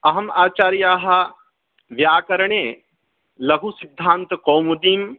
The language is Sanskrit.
अहम् आचार्याः व्याकरणे लघुसिद्धान्तकौमुदीं